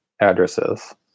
addresses